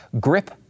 Grip